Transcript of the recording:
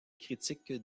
critiques